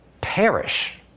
perish